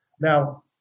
Now